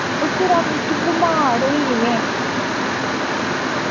ओह् यरा मिकी बमार होई गेदी में